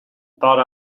thought